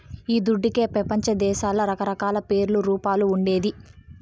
ఈ దుడ్డుకే పెపంచదేశాల్ల రకరకాల పేర్లు, రూపాలు ఉండేది